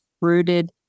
rooted